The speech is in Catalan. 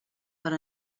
per